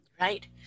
Right